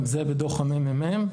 גם זה בדוח ה-ממ"מ,